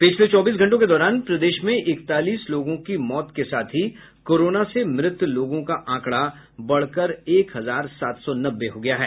पिछले चौबीस घंटों के दौरान प्रदेश में इकतालीस लोगों की मौत के साथ ही कोरोना से मृत लोगों का आंकड़ा बढ़कर एक हजार सात सौ नब्बे हो गया है